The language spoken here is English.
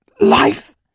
life